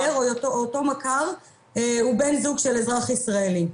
או אותו מכר הוא בן זוג של אזרח ישראלי.